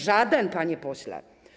Żaden, panie pośle.